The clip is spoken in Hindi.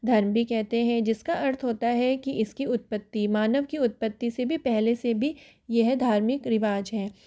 धर्म भी कहते हैं जिसका अर्थ होता है की इसकी उत्पत्ति मानव की उत्पत्ति से भी पहले से भी यह धार्मिक रिवाज है